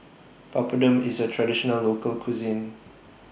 Papadum IS A Traditional Local Cuisine